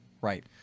right